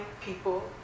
people